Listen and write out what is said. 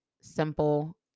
simple